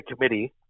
committee